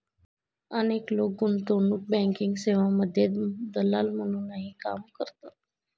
अनेक लोक गुंतवणूक बँकिंग सेवांमध्ये दलाल म्हणूनही काम करतात